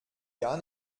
gar